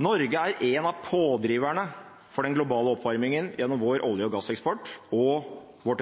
Norge er en av pådriverne for den globale oppvarmingen gjennom vår olje- og gasseksport